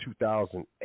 2008